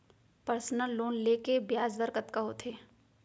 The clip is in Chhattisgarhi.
पर्सनल लोन ले के ब्याज दर कतका होथे?